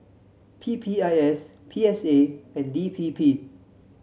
P P I S P S A and D P P